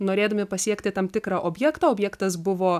norėdami pasiekti tam tikrą objektą objektas buvo